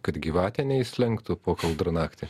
kad gyvatė neislinktų po kaldra naktį